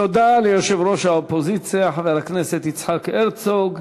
תודה ליושב-ראש האופוזיציה, חבר הכנסת יצחק הרצוג.